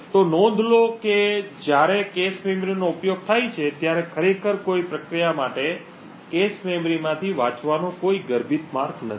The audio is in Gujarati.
તેથી નોંધો કે જ્યારે cache મેમરીનો ઉપયોગ થાય છે ત્યારે ખરેખર કોઈ પ્રક્રિયા માટે cache મેમરીમાંથી વાંચવાનો કોઈ ગર્ભિત માર્ગ નથી